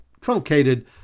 truncated